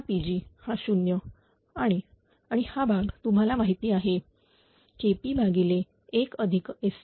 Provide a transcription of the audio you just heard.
Pg हा 0 आणि आणि हा भाग तुम्हाला माहिती आहे KP 1STP